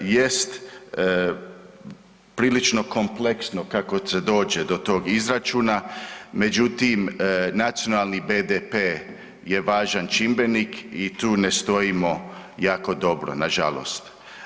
Jest prilično kompleksno kako se dođe do tog izračuna, međutim nacionalni BDP je važan čimbenik i tu ne stojimo jako dobro nažalost.